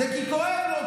זה כי כואב לו,